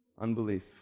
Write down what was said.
unbelief